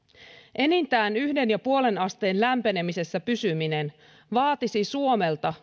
enintään yhteen pilkku viiteen asteen lämpenemisessä pysyminen vaatisi suomelta